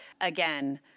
again